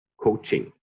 coaching